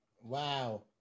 Wow